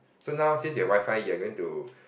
so now since you have Wi-Fi you're going to